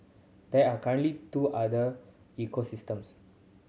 there are currently two other ecosystems